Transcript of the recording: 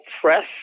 press